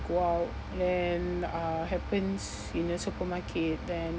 go out then uh happens in a supermarket then